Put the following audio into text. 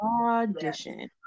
Audition